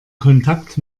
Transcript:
kontakt